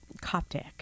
Coptic